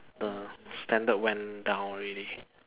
the standard went down already